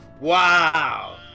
Wow